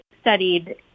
studied